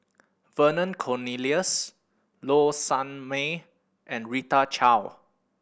Vernon Cornelius Low Sanmay and Rita Chao